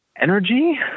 Energy